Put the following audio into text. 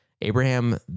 Abraham